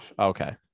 Okay